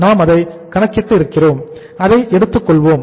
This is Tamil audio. நாம் அதை கணக்கிட்டு இருக்கிறோம் அதை எடுத்துக் கொள்வோம்